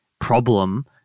problem